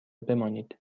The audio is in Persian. بمانید